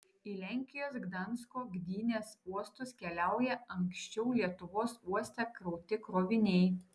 į lenkijos gdansko gdynės uostus keliauja anksčiau lietuvos uoste krauti kroviniai